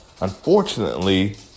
Unfortunately